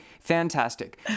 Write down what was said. fantastic